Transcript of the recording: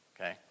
Okay